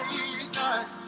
Jesus